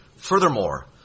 Furthermore